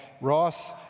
Ross